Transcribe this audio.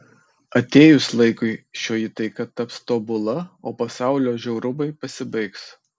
atėjus laikui šioji taika taps tobula o pasaulio žiaurumai pasibaigs